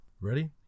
Ready